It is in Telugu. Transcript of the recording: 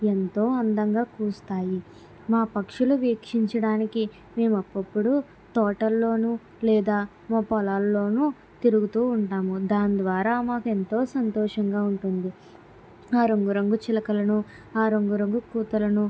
ఎంతో అందంగా కూస్తాయి మా పక్షులు వీక్షించడానికి మేము అప్పుడప్పుడు తోటల్లోనూ లేదా మా పొలాల్లోనూ తిరుగుతూ ఉంటాము దాని ద్వారా మాకు ఎంతో సంతోషంగా ఉంటుంది అ రంగు రంగు చిలుకలను రంగు రంగు కూతలను